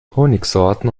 honigsorten